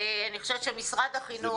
אני חושבת שמשרד החינוך,